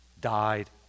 died